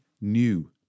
new